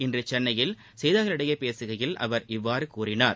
இன்று சென்னையில் செய்தியாளர்களிடம் பேசுகையில் அவர் இவ்வாறு கூறினார்